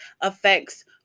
affects